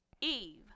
Eve